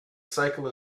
cycle